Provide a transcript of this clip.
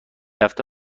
هفته